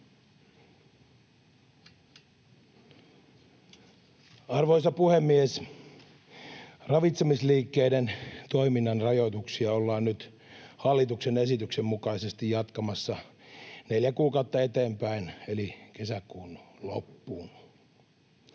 Arvoisa puhemies! Ravitsemisliikkeiden toiminnan rajoituksia ollaan nyt hallituksen esityksen mukaisesti jatkamassa neljä kuukautta eteenpäin eli kesäkuun loppuun.